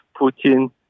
Putin